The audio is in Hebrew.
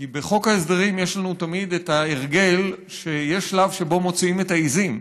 כי בחוק ההסדרים יש לנו תמיד את ההרגל שיש שלב שבו מוציאים את העיזים.